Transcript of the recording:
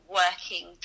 working